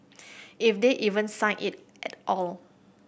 if they even sign it at all